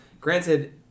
Granted